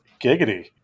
Giggity